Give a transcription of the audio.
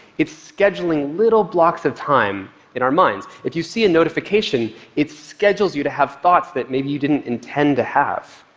it's scheduling little blocks of time in our minds. if you see a notification, it schedules you to have thoughts that maybe you didn't intend to have.